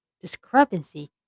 discrepancy